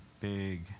big